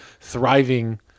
thriving